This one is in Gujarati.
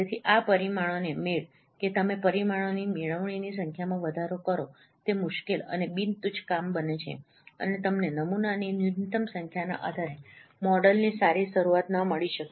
તેથી આ પરિમાણોને મેળ કે તમે પરિમાણોની મેળવણીની સંખ્યામાં વધારો કરો તે મુશ્કેલ અને બિન તુચ્છ કામ બને છે અને તમને નમૂનાઓની ન્યુનત્તમ સંખ્યાના આધારે મોડેલની સારી શરૂઆત ન મળી શકે